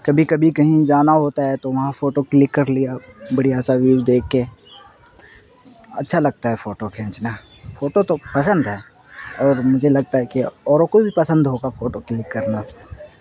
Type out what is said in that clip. کبھی کبھی کہیں جانا ہوتا ہے تو وہاں فوٹو کلک کر لیا بڑھیا سا ویو دیکھ کے اچھا لگتا ہے فوٹو کھینچنا فوٹو تو پسند ہے اور مجھے لگتا ہے کہ اوروں کو بھی پسند ہوگا فوٹو کلک کرنا